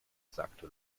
sagte